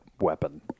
weapon